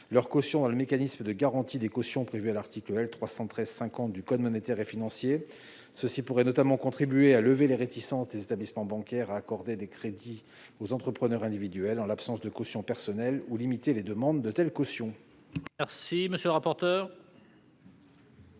ces cautions dans le mécanisme de garantie des cautions prévue à l'article L. 313-50 du code monétaire et financier. Cela pourrait notamment contribuer à lever les réticences des établissements bancaires à accorder des crédits aux entrepreneurs individuels en l'absence de caution personnelle, ou à limiter les demandes de telles cautions. Quel est l'avis de